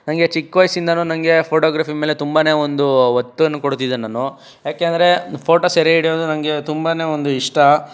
ನನಗೆ ಚಿಕ್ಕ ವಯಸ್ಸಿಂದನು ನನಗೆ ಫೋಟೊಗ್ರಫಿ ಮೇಲೆ ತುಂಬನೇ ಒಂದು ಒತ್ತನ್ನು ಕೊಡುತ್ತಿದ್ದೆ ನಾನು ಯಾಕೆಂದರೆ ಫೋಟೊ ಸೆರೆಹಿಡಿಯೋದು ನನಗೆ ತುಂಬನೇ ಒಂದು ಇಷ್ಟ